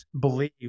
believe